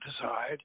decide